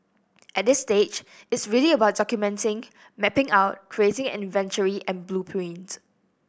at this stage it's really about documenting mapping out creating an inventory and blueprint